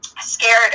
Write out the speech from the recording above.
scared